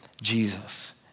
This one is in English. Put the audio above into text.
Jesus